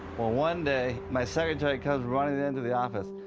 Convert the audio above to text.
well one day, my secretary comes running into the office,